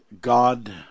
God